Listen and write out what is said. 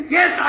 Yes